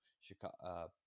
Chicago